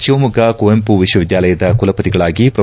ಶಿವಮೊಗ್ಗ ಕುವೆಂಪು ವಿಶ್ವವಿದ್ಯಾಲಯದ ಕುಲಪತಿಯಾಗಿ ಪ್ರೊ